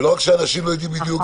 ולא רק שאנשים לא יודעים בדיוק,